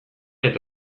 eta